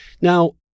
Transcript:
now